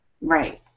Right